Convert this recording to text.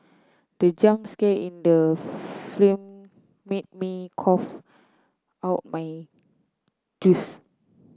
the jump scare in the film made me cough out my juice